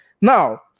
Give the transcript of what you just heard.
now